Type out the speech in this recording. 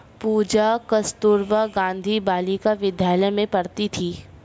पूजा कस्तूरबा गांधी बालिका विद्यालय में पढ़ती थी